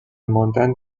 ماندن